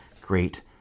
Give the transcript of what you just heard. great